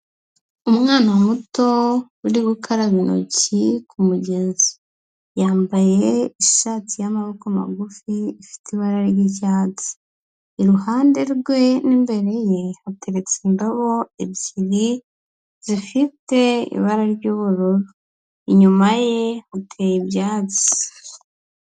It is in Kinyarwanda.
Umwana muto, uri gukaraba intoki, ku mugzi. Yambaye ishati y'amaboko magufi, ifite ibara ry'icyatsi. Iruhande rwe n'imbere ye, hateretse indobo ebyiri, zifite ibara ry'ubururu. Inyuma ye, hateye ibyatsi.